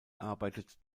arbeitet